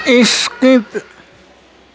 skip